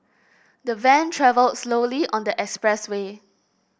the van travelled slowly on the expressway